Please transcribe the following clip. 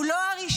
הוא לא הראשון,